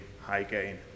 high-gain